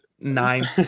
nine